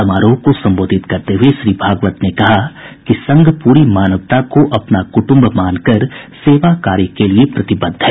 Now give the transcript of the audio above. समारोह को संबोधित करते हुये श्री भागवत ने कहा कि संघ पूरी मानवता को अपना कुटुम्ब मानकर सेवाकार्य के लिए प्रतिबद्ध है